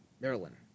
Maryland